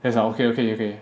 he's like okay okay okay